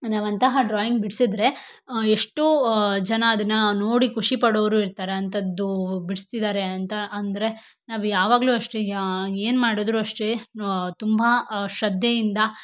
ನಾವು ಅಂತಹ ಡ್ರಾಯಿಂಗ್ ಬಿಡಿಸಿದ್ರೆ ಎಷ್ಟೋ ಜನ ಅದನ್ನು ನೋಡಿ ಖುಷಿ ಪಡೋರು ಇರ್ತಾರೆ ಅಂಥದ್ದು ಬಿಡಿಸ್ತಿದಾರೆ ಅಂತ ಅಂದರೆ ನಾವು ಯಾವಾಗಲೂ ಅಷ್ಟೆ ಏನು ಮಾಡಿದ್ರೂ ಅಷ್ಟೆ ತುಂಬ ಶ್ರದ್ಧೆಯಿಂದ